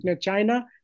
China